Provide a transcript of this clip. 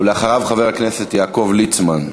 אחריו, חבר הכנסת יעקב ליצמן,